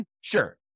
Sure